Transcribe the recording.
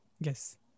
Yes